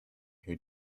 who